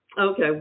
Okay